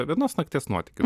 vienos nakties nuotykis